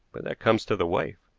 but that comes to the wife.